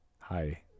Hi